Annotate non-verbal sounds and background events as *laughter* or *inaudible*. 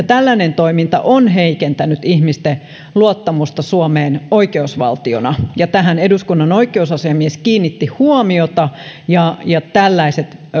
*unintelligible* tällainen toiminta on heikentänyt ihmisten luottamusta suomeen oikeusvaltiona ja tähän eduskunnan oikeusasiamies kiinnitti huomiota ja ja tällaiset